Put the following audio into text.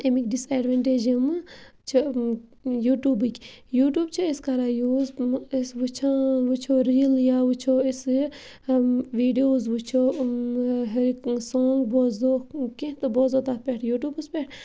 اَمِکۍ this advantage یِمہٕ چھِ یوٗٹیوٗبٕکۍ یوٗٹوٗب چھِ أسۍ کَران یوٗز أسۍ وٕچھان وٕچھو ریٖل یا وٕچھو أسۍ یہِ ویٖڈیوز وٕچھو سانٛگ بوزو کیٚنہہ تہٕ بوزو تَتھ پٮ۪ٹھ یوٗٹیوٗبَس پٮ۪ٹھ